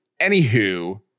anywho